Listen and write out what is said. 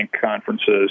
conferences